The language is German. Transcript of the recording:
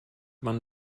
man